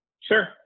Sure